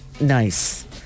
nice